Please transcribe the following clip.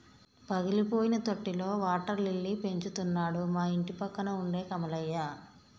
పగిలిపోయిన తొట్టిలో water lily పెంచుతున్నాడు మా ఇంటిపక్కన ఉండే కమలయ్య